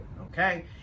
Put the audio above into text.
Okay